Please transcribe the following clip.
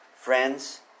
Friends